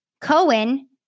Cohen